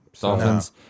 Dolphins